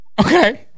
Okay